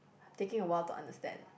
taking awhile to understand